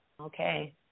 Okay